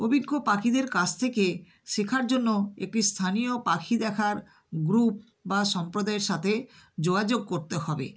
অভিজ্ঞ পাখিদের কাছ থেকে শেখার জন্য একটি স্থানীয় পাখি দেখার গ্রুপ বা সম্প্রদায়ের সাথে যোগাযোগ করতে হবে